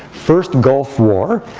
first gulf war.